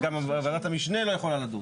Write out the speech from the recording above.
אז גם וועדת המשנה לא יכולה לדון.